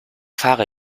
fahre